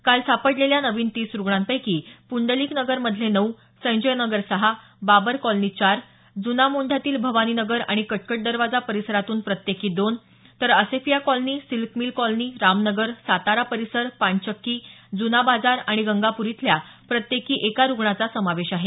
काल सापडलेल्या नवीन तीस रुग्णांपैकी प्रंडलिक नगर मधील नऊ संजयनगर सहा बाबर कॉलनी चार जुना मोंढ्यातील भवानीनगर आणि कटकट दरवाजा परिसरातून प्रत्येकी दोन तर Asefia colony silk mill colony Ramnagar Satara परिसर पाणचक्की जुना बाजार आणि गंगापूर इथल्या प्रत्येकी एका रुग्णाचा समावेश आहे